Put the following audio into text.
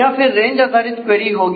या फिर रेंज आधारित क्वेरी होंगी